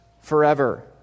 forever